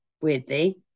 weirdly